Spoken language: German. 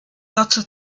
dazu